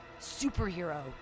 superhero